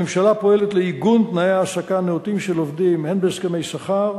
הממשלה פועלת לעיגון תנאי העסקה נאותים של עובדים הן בהסכמי שכר,